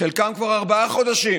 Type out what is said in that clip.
ארבעה חודשים